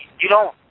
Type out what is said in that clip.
you don't